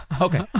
Okay